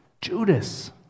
Judas